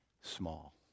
small